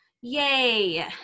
yay